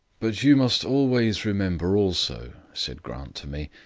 but you must always remember also, said grant to me,